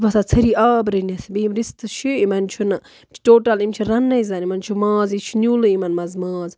یہِ چھُ باسان ژھٔری آب رٔنِتھ بیٚیہِ یِم رِستہٕ چھِ یِمَن چھُنہٕ یِم چھِ ٹوٹَل یِم چھِ رَننٕے زَن یِمَن چھُ ماز یہِ چھُ نیٛوٗلٕے یِمَن منٛز ماز